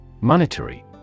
Monetary